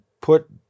put